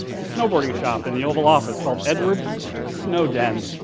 it's a snowboarding shop in the oval office called edwards snow den.